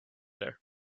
there